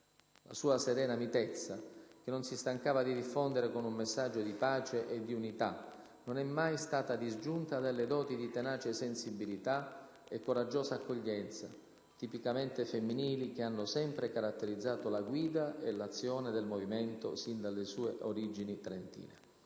La sua serena mitezza, che non si stancava di diffondere con un messaggio di pace e di unità, non è mai stata disgiunta dalle doti di tenace sensibilità e coraggiosa accoglienza, tipicamente femminili, che hanno sempre caratterizzato la guida e l'azione del Movimento, sin dalle sue origini trentine.